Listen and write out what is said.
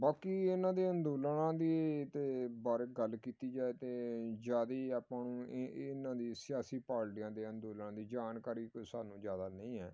ਬਾਕੀ ਇਹਨਾਂ ਦੇ ਅੰਦੋਲਨਾਂ ਦੀ ਤੇ ਬਾਰੇ ਗੱਲ ਕੀਤੀ ਜਾਏ ਤੇ ਜ਼ਿਆਦੀ ਆਪਾਂ ਨੂੰ ਇ ਇਹਨਾਂ ਦੀ ਸਿਆਸੀ ਪਾਰਟੀਆਂ ਦੇ ਅੰਦੋਲਨ ਦੀ ਜਾਣਕਾਰੀ ਕੋਈ ਸਾਨੂੰ ਜ਼ਿਆਦਾ ਨਹੀਂ ਹੈ